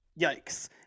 yikes